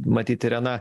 matyt irena